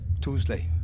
Tuesday